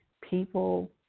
People